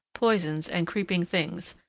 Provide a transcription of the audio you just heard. poisons, and creeping things,